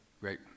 Great